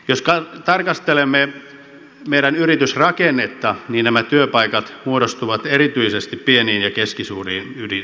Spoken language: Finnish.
jos tarkastelemme meidän yritysrakennettamme niin nämä työpaikat muodostuvat erityisesti pieniin ja keskisuuriin yrityksiin